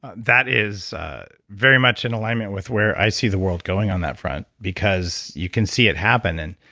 ah that is very much in alignment with where i see the world going on that front because you can see it happen. and